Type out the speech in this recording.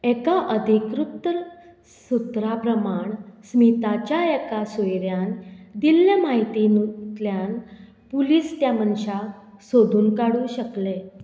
एका अधिकृत सुत्रा प्रमाण स्मिताच्या एका सोयऱ्यान दिल्ल्या म्हायतीनूतल्यान पुलीस त्या मनशाक सोदून काडूं शकले